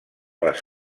les